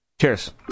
Cheers